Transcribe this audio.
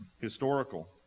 historical